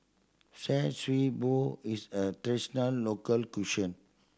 Char Siew Bao is a traditional local cuisine